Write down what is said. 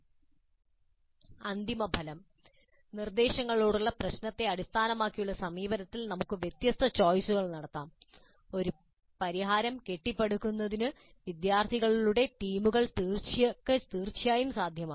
അന്തിമഫലം നിർദ്ദേശങ്ങളോടുള്ള പ്രശ്നത്തെ അടിസ്ഥാനമാക്കിയുള്ള സമീപനത്തിൽ നമുക്ക് വ്യത്യസ്ത ചോയിസുകൾ നടത്താം ഒരു പരിഹാരം കെട്ടിപ്പടുക്കുന്നതിന് വിദ്യാർത്ഥികളുടെ ടീമുകൾക്ക് തീർച്ചയായും സാധ്യമാണ്